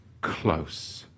close